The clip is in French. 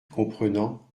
comprenant